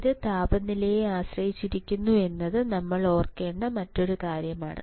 ഇത് താപനിലയെ ആശ്രയിച്ചിരിക്കുന്നു എന്നത് നമ്മൾ ഓർത്തിരിക്കേണ്ട മറ്റൊരു കാര്യമാണ്